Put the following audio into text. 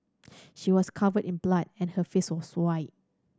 she was covered in blood and her face was white